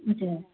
हजुर